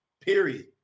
period